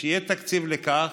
שיהיה תקציב לכך,